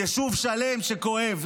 יישוב שלם שכואב,